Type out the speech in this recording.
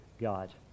God